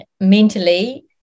mentally